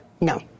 No